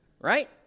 Right